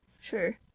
sure